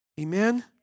Amen